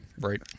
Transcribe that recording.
Right